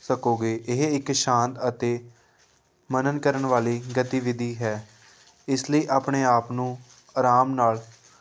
ਸਕੋਗੇ ਇਹ ਇੱਕ ਸ਼ਾਂਤ ਅਤੇ ਮੰਨਣ ਕਰਨ ਵਾਲੀ ਗਤੀਵਿਧੀ ਹੈ ਇਸ ਲਈ ਆਪਣੇ ਆਪ ਨੂੰ ਆਰਾਮ ਨਾਲ